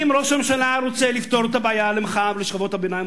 אם ראש הממשלה רוצה לפתור את הבעיה מחר לשכבות הביניים,